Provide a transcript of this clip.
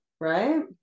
right